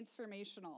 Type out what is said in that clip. transformational